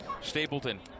Stapleton